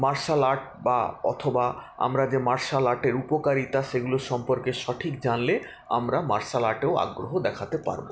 martial art বা অথবা আমরা যে মার্শাল আর্টের উপকারিতা সেগুলো সম্পর্কে সঠিক জানলে আমরা মার্শাল আর্টেও আগ্রহ দেখতে পারবো